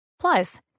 Plus